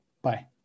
Bye